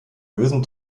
bösen